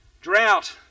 drought